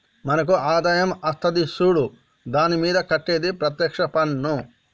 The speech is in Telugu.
మనకు ఆదాయం అత్తది సూడు దాని మీద కట్టేది ప్రత్యేక్ష పన్నా